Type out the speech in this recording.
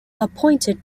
appointed